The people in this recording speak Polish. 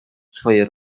swoje